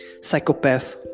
Psychopath